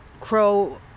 Crow